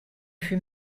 fut